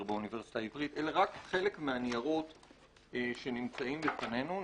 באוניברסיטה העברית אלה רק חלק מהניירות שנמצאים בפנינו,